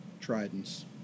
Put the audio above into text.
tridents